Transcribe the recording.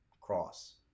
cross